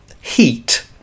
heat